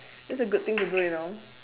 that's a good thing to do you know